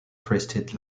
crested